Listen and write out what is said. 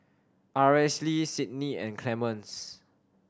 Aracely Cydney and Clemens